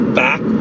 back